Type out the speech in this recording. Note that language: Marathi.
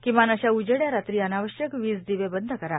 किमान अशा उजेड्या रात्री अनावश्यक वीज दिवे बंद करा